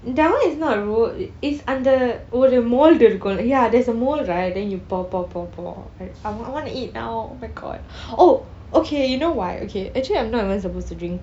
that [one] is not a roll is அந்த ஒரு:antha oru mould இருக்கும்:irukkum ya there's a mould right then you pour pour pour pour right I want I want to eat now oh my god oh okay you know what okay actually I'm not even supposed to drink